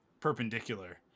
perpendicular